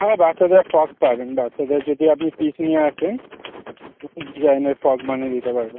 হ্যাঁ বাচ্চাদের ফ্রক পাবেন বাচ্চাদের যদি আপনি পিস নিয়ে আসেন নতুন ডিজাইনের ফ্রক বানিয়ে দিতে পারবে